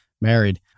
married